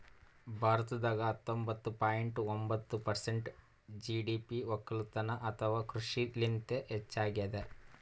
ಭಾರತದಾಗ್ ಹತ್ತೊಂಬತ್ತ ಪಾಯಿಂಟ್ ಒಂಬತ್ತ್ ಪರ್ಸೆಂಟ್ ಜಿ.ಡಿ.ಪಿ ವಕ್ಕಲತನ್ ಅಥವಾ ಕೃಷಿಲಿಂತೆ ಹೆಚ್ಚಾಗ್ಯಾದ